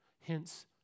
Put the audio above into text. hence